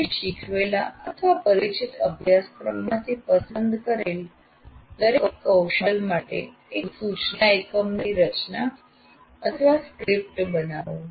આપે શીખવેલા અથવા પરિચિત અભ્યાસક્રમમાંથી પસંદ કરેલ કૌશલ માટે એક સૂચના એકમની રચના અથવા સ્ક્રિપ્ટ બનાવો